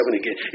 again